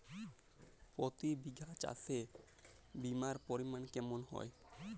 প্রতি বিঘা চাষে বিমার পরিমান কেমন হয়?